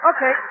Okay